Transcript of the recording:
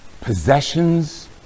possessions